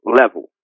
level